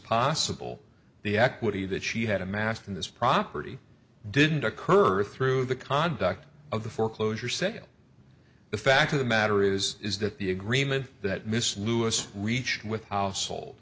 possible the equity that she had amassed in this property didn't occur through the conduct of the foreclosure sale the fact of the matter is is that the agreement that mrs lewis reached with household